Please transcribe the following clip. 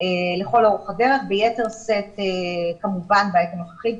לכל אורך הדרך וביתר שאת כמובן בעת הנוכחית,